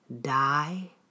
die